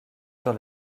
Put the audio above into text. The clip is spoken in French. sur